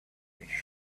their